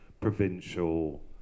provincial